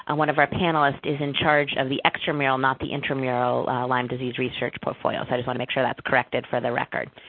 and one of our panelists, is in charge of the extramural not the intermural lyme disease research portfolio. so, i just want to make sure that's corrected for the record.